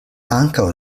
ankaŭ